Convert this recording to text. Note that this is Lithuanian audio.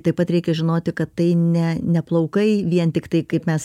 taip pat reikia žinoti kad tai ne ne plaukai vien tiktai kaip mes